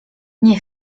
nie